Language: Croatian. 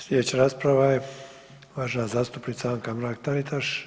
Sljedeća rasprava je uvažena zastupnica Anka Mrak-Taritaš